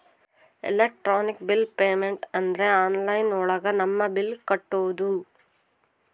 electronic bill payment ಅಂದ್ರೆ online ಒಳಗ ನಮ್ ಬಿಲ್ ಕಟ್ಟೋದು